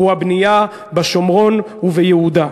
הוא הבנייה בשומרון וביהודה.